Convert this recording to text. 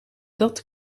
dat